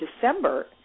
december